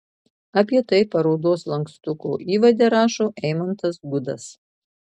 apie tai parodos lankstuko įvade rašo eimantas gudas